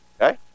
Okay